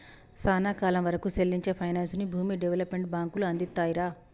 సానా కాలం వరకూ సెల్లించే పైనాన్సుని భూమి డెవలప్మెంట్ బాంకులు అందిత్తాయిరా